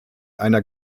einer